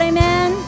Amen